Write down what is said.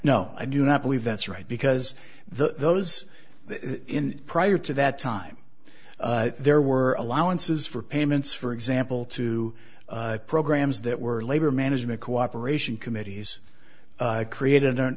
no i do not believe that's right because the those in prior to that time there were allowances for payments for example two programs that were labor management cooperation committees created a